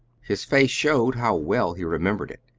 his face showed how well he remembered it.